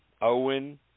Owen